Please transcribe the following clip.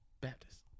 Baptist